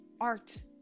art